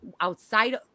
outside